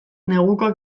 neguko